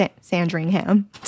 Sandringham